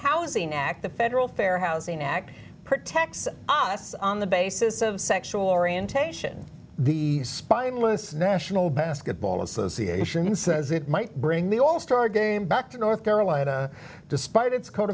housing act the federal fair housing act protects us on the basis of sexual orientation the spineless national basketball association says it might bring the all star game back to north carolina despite its